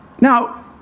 Now